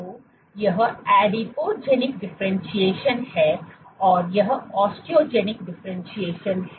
तो यह adipogenic differentiation है और यह ओस्टोजेनिक डिफरेंटशिएशन है